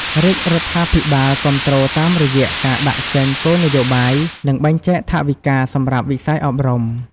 រាជរដ្ឋាភិបាលគាំទ្រតាមរយៈ ការដាក់ចេញគោលនយោបាយ និង បែងចែកថវិកា សម្រាប់វិស័យអប់រំ។